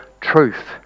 truth